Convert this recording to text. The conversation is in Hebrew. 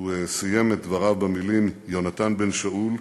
הוא סיים את דבריו במילים: יונתן בן שאול,